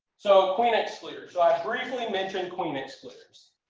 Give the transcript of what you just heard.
so queen excluder. so i briefly mentioned queen excluder.